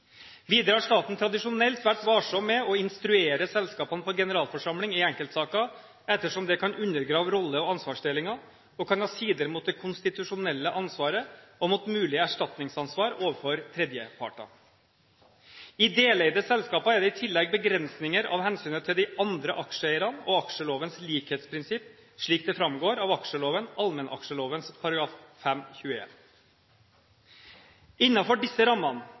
Videre har staten tradisjonelt vært varsom med å instruere selskapene på generalforsamling i enkeltsaker, ettersom det kan undergrave rolle- og ansvarsdelingen og kan ha sider mot det konstitusjonelle ansvaret og mot mulig erstatningsansvar overfor tredjeparter. I deleide selskaper er det i tillegg begrensninger av hensyn til de andre aksjeeierne og aksjelovens likhetsprinsipp, slik det framgår av aksjeloven/allmennaksjeloven § 5-21. Innenfor disse rammene